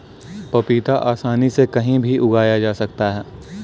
पपीता आसानी से कहीं भी उगाया जा सकता है